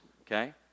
okay